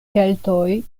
keltoj